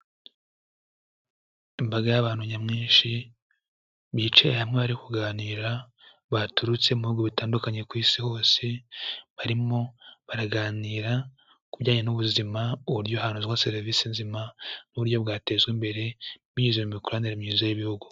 Imbaga y'abantu nyamwinshi, bicaye hamwe bari kuganira, baturutse mu bihugu bitandukanye ku Isi hose, barimo baraganira ku bijyanye n'ubuzima, uburyo hanozwa serivisi nzima, n'uburyo bwatezwa imbere binyuze mu mikoranire myiza y'ibihugu.